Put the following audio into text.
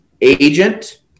agent